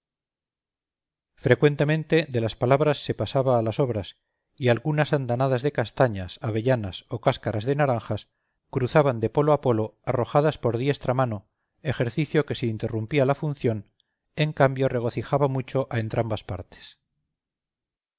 frecuentemente de las palabras se pasaba a las obras y algunas andanadas de castañas avellanas o cáscaras de naranjas cruzaban de polo a polo arrojadas por diestra mano ejercicio que si interrumpía la función en cambio regocijaba mucho a entrambas partes